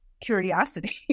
curiosity